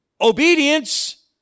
obedience